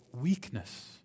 weakness